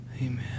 Amen